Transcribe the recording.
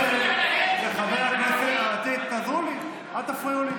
חברת הכנסת סלימאן, תני לי,